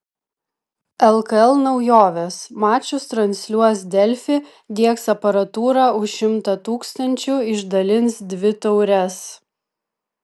lkl naujovės mačus transliuos delfi diegs aparatūrą už šimtą tūkstančių išdalins dvi taures